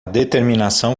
determinação